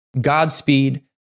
Godspeed